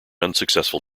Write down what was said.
unsuccessful